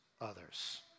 others